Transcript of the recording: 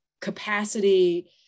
capacity